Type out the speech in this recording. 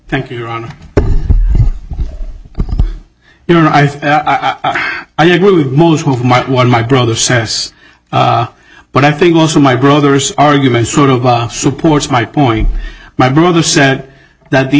thank you ron you know i think i agree with most of my one my brother says but i think most of my brother's argument sort of supports my point my brother said that the